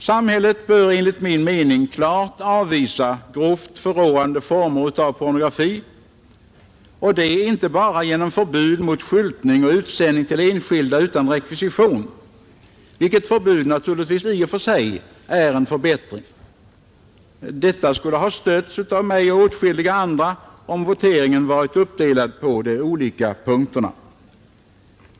Samhället bör enligt min mening klart avvisa grovt förråande former av pornografi — och detta inte bara genom förbud mot skyltning och utsändning till enskilda utan rekvisition, vilket förbud naturligtvis i och för sig är en förbättring. Det förslaget skulle ha stötts av mig och åtskilliga andra, om voteringen varit uppdelad på de olika punkterna.